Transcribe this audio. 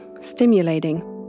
stimulating